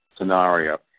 scenario